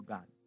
God